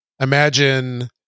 Imagine